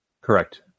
Correct